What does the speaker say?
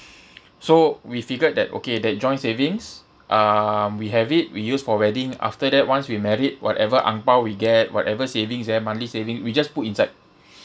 so we figured that okay that joint savings um we have it we use for wedding after that once we married whatever ang pow we get whatever savings there monthly saving we just put inside